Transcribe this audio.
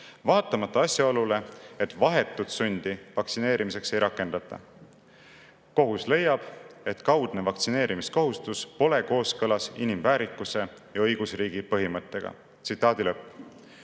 vaatamata asjaolule, et vahetut sundi vaktsineerimiseks ei rakendata. Kohus leiab, et kaudne vaktsineerimiskohustus pole kooskõlas inimväärikuse ja õigusriigi põhimõtetega […]" Tõele au